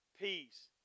Peace